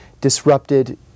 disrupted